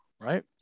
right